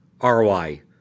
ROI